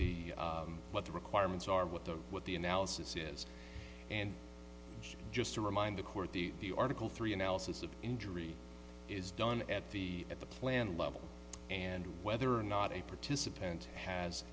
the what the requirements are what the what the analysis is and just to remind the court the the article three analysis of injury is done at the at the planned level and whether or not a participant has